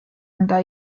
anda